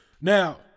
Now